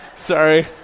sorry